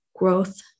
growth